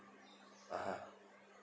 (uh huh)